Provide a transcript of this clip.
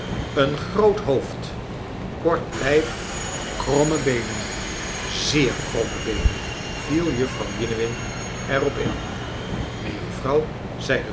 een groot hoofd kort lijf kromme beenen zeer kromme beenen viel jufvrouw jiniwin er op in